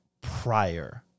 prior